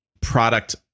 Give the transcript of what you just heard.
product